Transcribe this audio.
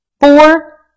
Four